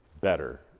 better